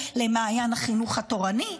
למעיין החינוך התורני,